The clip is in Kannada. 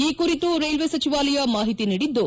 ಈ ಕುರಿತು ರೈಲ್ವೆ ಸಚಿವಾಲಯ ಮಾಹಿತಿ ನೀಡಿದ್ದು